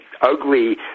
ugly